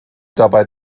dabei